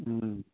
ꯎꯝ